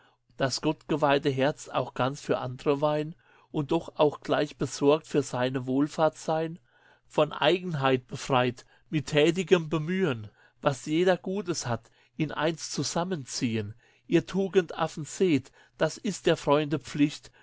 trennen das gottgeweihte herz auch ganz für andre weihn und doch auch gleich besorgt für seine wohlfahrt sein von eigenheit befreit mit tätigem bemühen was jeder gutes hat in eins zusammen ziehen ihr tugendaffen seht das ist der freunde pflicht